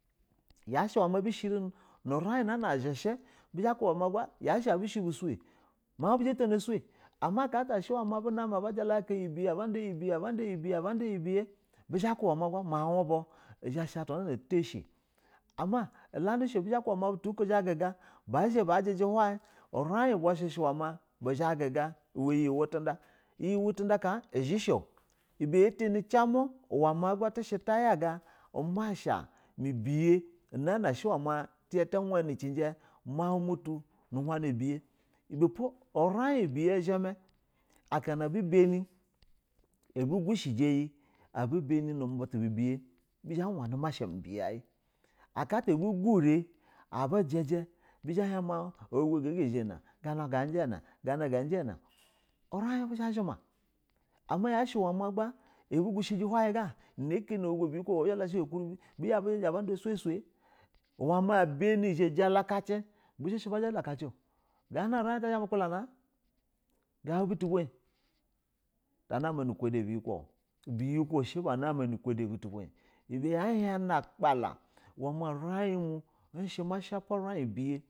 Yashɛ uwe ma bishi ni nu urin nana zhɛ shi bizha ba kuba ma gba yashɛ a bu shɛ bu say mau bu zha otono usue ama aka ata abu na mi aba jala kaka iyi biya a bada iyɛ bɛyɛ bizha ba ku ba ma ma mawu mu ba zha sha atulana to isha ama ulani sho bizha ba kuba ma gba ma butu buko zha guga bizha ba jiji hown urin uba bizha ba guja nɛ iyɛ wɛ tuda iyɛwɛ tuda ka uzhishi o ubɛ ya tani cimu tishɛ ta yaga uma sha mi biya tizha ta wani kinji maun mutu nu uhana ibuyi ibe pa urin ubiya uzahɛ mɛ aka na abu bani abu gushɛ ji iyɛ abu bani na butu biyɛ bizha mani ma sha mibiya ayɛ aka ata abu gurɛ bi zhɛ ba hin mau olugo ja gazhɛ na gana gaja na gana ga jana urin bu zha ya zhima yash ama yash wamagha nike na ohigo buyikul bu abu zhɛ ba lashɛ ga ukuna bi aba da usuyi suyi uwa ma bani jalakaci bi shi ba jalakaci agana na urin ata bu zha ma bu kulana kulana gahu butu buyi ta na ma nu ukudi ubuyi ko biyi ko shɛ bana ma nu ukwo da ubutu buyi ibɛ ya yani na a kpala ishɛ mashapa urin ubiye.